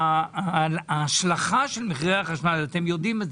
אתם יודעים על